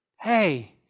hey